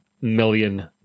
million